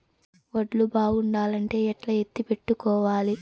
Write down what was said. వడ్లు బాగుండాలంటే ఎట్లా ఎత్తిపెట్టుకోవాలి?